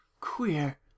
queer